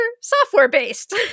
software-based